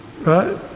right